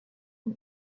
ans